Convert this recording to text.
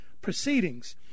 proceedings